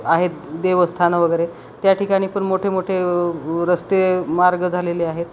आहेत देवस्थाान वगैरे त्या ठिकाणी पण मोठे मोठे रस्ते मार्ग झालेले आहेत